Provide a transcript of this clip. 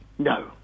No